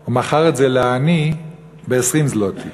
הוא מכר את זה לעני ב-20 זלוטי.